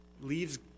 leaves